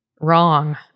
wrong